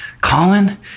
Colin